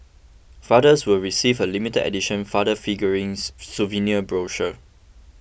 fathers will receive a limited edition Father Figurings souvenir brochure